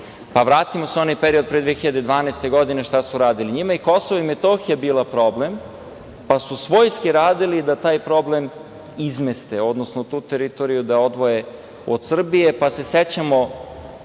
pa, vratimo se u onaj period pre 2012. godine, šta su radili. Njima je Kosovo i Metohija bila problem, pa su svojski radili da taj problem izmeste, odnosno tu teritoriju da odvoje od Srbije, pa se sećamo